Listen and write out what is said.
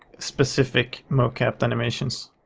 specific mocaped animations.